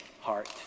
heart